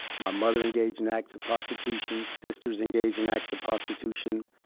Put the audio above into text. my mother engage in acts of prostitution, sisters engage in acts of prostitution.